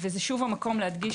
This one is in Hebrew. זה שוב המקום להדגיש